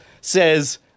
says